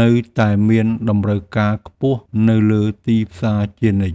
នៅតែមានតម្រូវការខ្ពស់នៅលើទីផ្សារជានិច្ច។